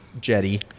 jetty